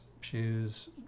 shoes